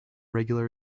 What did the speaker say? regular